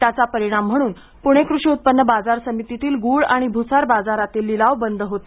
त्याचा परिणाम म्हणून पुणे कृषी उत्पन्न बाजारसमितीतील गुळ आणि भुसार बाजारातील लिलाव बंद होते